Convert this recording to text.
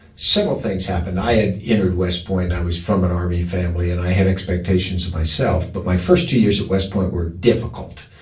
several things happened. i had entered west point and i was from an army family, and i had expectations of myself. but my first two years at west point were difficult.